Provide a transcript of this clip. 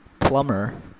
Plumber